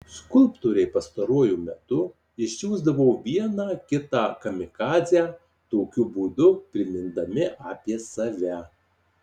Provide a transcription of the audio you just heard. skulptoriai pastaruoju metu išsiųsdavo vieną kitą kamikadzę tokiu būdu primindami apie save